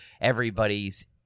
everybody's